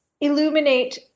illuminate